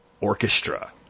Orchestra